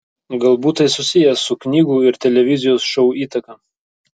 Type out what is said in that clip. galbūt tai susiję su knygų ir televizijos šou įtaka